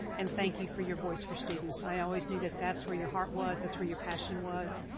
and thank you for your voice for students. i always knew that that's where your heart was, that's where your passion was,